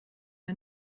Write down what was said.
der